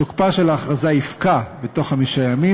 תוקפה של ההכרזה יפקע בתוך חמישה ימים